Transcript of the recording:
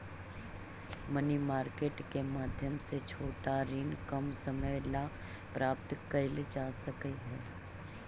money market के माध्यम से छोटा ऋण कम समय ला प्राप्त कैल जा सकऽ हई